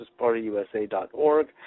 justicepartyusa.org